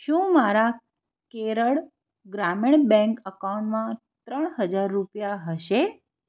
શું મારા કેરળ ગ્રામીણ બેંક એકાઉન્ટમાં ત્રણ હજાર રૂપિયા હશે